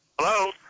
Hello